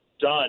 done